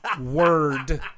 word